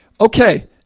Okay